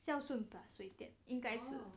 孝顺 plus 水电应该是